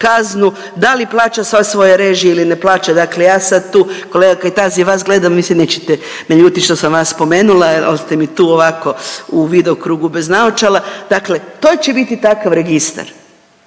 kaznu, da li plaća sva svoja režije ili ne plaća. Dakle, ja sad tu, kolega Kajtazi vas gledam vi se nećete naljuti što sam vas spomenula ali ste mi tu ovako u vidokrugu bez naočala. Dakle, to će biti takav registar.